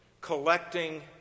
collecting